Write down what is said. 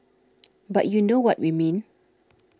but you know what we mean